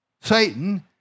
Satan